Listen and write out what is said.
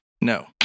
No